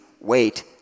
wait